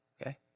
okay